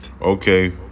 Okay